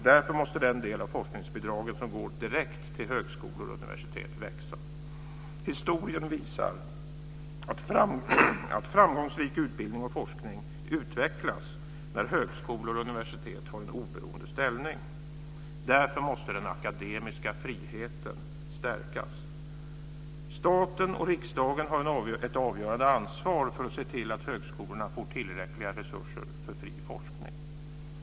Därför måste den del av forskningsbidraget som går direkt till högskolor och universitet växa. Historien visar att framgångsrik utbildning och forskning utvecklas när högskolor och universitet har en oberoende ställning. Därför måste den akademiska friheten stärkas. Staten och riksdagen har ett avgörande ansvar för att se till att högskolorna får tillräckliga resurser för fri forskning.